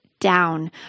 Down